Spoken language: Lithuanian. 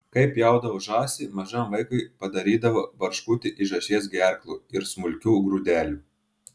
kai pjaudavo žąsis mažam vaikui padarydavo barškutį iš žąsies gerklų ir smulkių grūdelių